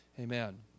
Amen